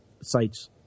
sites